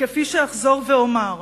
וכפי שאחזור ואומר,